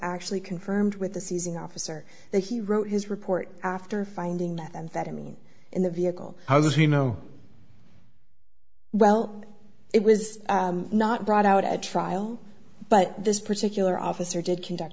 actually confirmed with the seizing officer that he wrote his report after finding methamphetamine in the vehicle how does he know well it was not brought out at trial but this particular officer did conduct